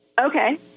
Okay